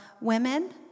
Women